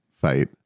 fight